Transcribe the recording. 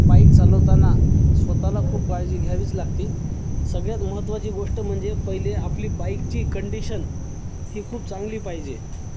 bike चालवताना स्वतःला खूप काळजी घ्यावीच लागते सगळ्यात महत्त्वाची गोष्ट म्हणजे पहिले आपली बाईकची कंडिशन ही खूप चांगली पाहिजे